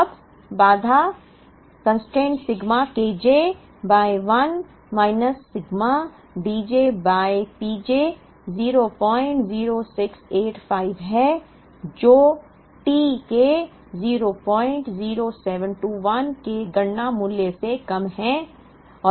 अब बाधा constraint sigma Kj by 1 minus sigma Dj by P j 00685 है जो T के 00721 के गणना मूल्य से कम है